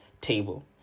table